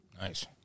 Nice